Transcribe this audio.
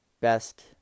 best